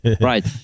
right